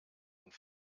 und